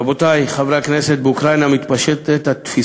רבותי חברי הכנסת, באוקראינה